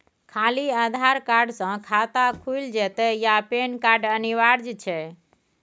खाली आधार कार्ड स खाता खुईल जेतै या पेन कार्ड अनिवार्य छै?